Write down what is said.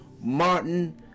Martin